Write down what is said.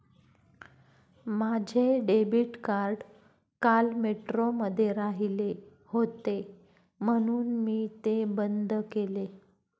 माझे debit card काल मेट्रोमध्ये राहिले होते म्हणून मी ते बंद केले